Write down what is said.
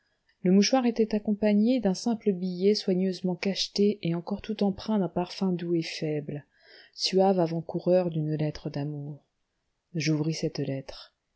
le mouchoir était accompagné d'un simple billet soigneusement cacheté et encore tout empreint d'un parfum doux et faible suave avant-coureur d'une lettre d'amour j'ouvris cette lettre